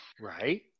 Right